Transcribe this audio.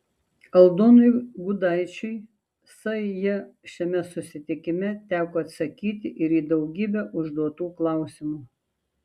aldonui gudaičiui sj šiame susitikime teko atsakyti ir į daugybę užduotų klausimų